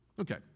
Okay